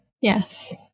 Yes